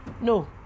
No